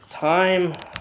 time